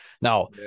Now